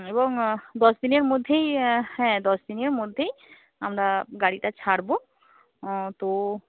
এবং দশদিনের মধ্যেই হ্যাঁ দশদিনের মধ্যেই আমরা গাড়িটা ছাড়ব তো